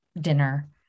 dinner